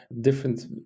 different